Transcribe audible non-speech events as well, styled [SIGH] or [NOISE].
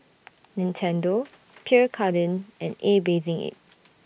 Nintendo [NOISE] Pierre Cardin and A Bathing Ape [NOISE]